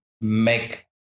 make